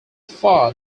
far